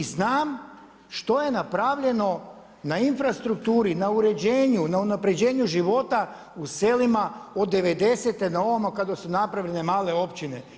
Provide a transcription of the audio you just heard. I znam što je napravljeno na infrastrukturi, na uređenju, na unapređenju života u selima od devedesete na ovamo kada su napravljene male općine.